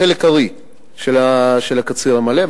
את חלק הארי של הקציר המלא,